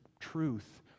truth